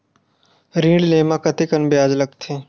ऋण ले म कतेकन ब्याज लगथे?